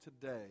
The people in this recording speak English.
today